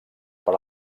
per